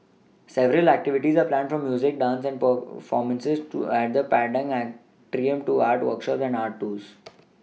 several activities are planned from music dance performances at the Padang Atrium to art workshops and art tours